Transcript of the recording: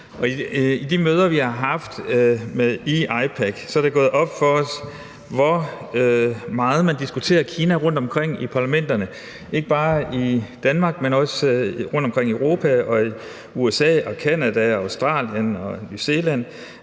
i de møder, vi har haft i IPAC, er det gået op for os, hvor meget man diskuterer Kina rundtomkring i parlamenterne, ikke bare i Danmark, men også rundtomkring i Europa, USA, Canada, Australien og New Zealand.